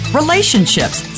relationships